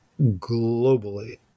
globally